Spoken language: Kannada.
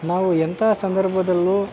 ನಾವು ಎಂಥ ಸಂದರ್ಭದಲ್ಲೂ